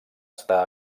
està